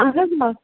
اہَن حظ آ